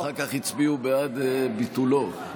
אבל אחר כך הצביעו בעד ביטולו.